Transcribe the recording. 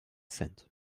cent